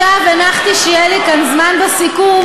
הנחתי שיהיה לי כאן זמן בסיכום,